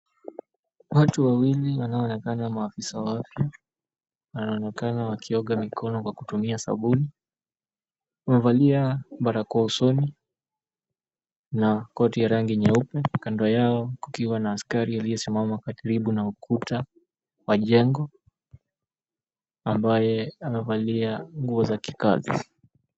Watu wawili wanaoonekana maafisa wa afya wanaonekana wakioga mikono kwa kutumia sabuni. Wamevalia barakoa usoni na koti ya rangi nyeupe. Kando yao kukiwa na askari aliyesimama karibu na ukuta wa jengo, ambaye amevalia nguo za kikazi.